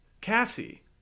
Cassie